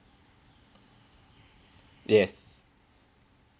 yes